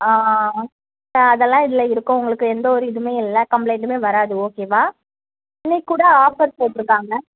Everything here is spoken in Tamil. ஆ ஆ அதெல்லாம் இதில் இருக்கும் உங்களுக்கு எந்தவொரு இதுவுமே இல்லை கம்பளைண்ட்டுமே வராது ஓகேவா இன்றைக்கூட ஆஃபர் போட்டுருக்காங்க